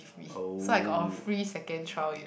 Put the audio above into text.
give me so I got a free second trial you know